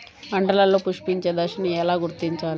పంటలలో పుష్పించే దశను ఎలా గుర్తించాలి?